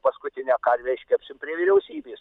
paskutinę karvę iškepsim prie vyriausybės